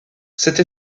cette